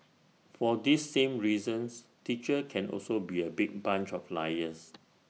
for these same reasons teachers can also be A big bunch of liars